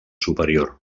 superior